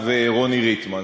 ניצב רוני ריטמן.